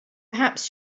perhaps